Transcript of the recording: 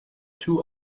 two